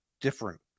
different